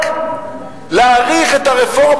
רק להאריך את הרפורמה